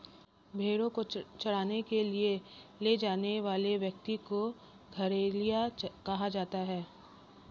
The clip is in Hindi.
भेंड़ों को चराने के लिए ले जाने वाले व्यक्ति को गड़ेरिया कहा जाता है